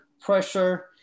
pressure